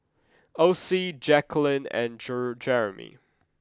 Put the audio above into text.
Ossie Jaquelin and Jer Jeramie